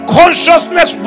consciousness